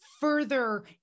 further